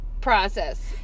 process